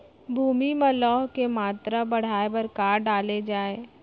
भूमि मा लौह के मात्रा बढ़ाये बर का डाले जाये?